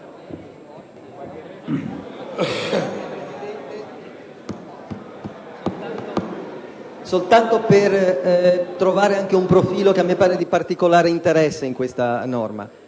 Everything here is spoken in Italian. soltanto per rilevare un profilo che a me pare di particolare interesse in questa norma.